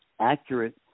accurate